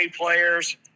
players